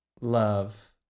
love